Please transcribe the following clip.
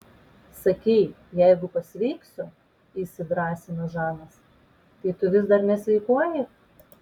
sakei jeigu pasveiksiu įsidrąsino žanas tai tu vis dar nesveikuoji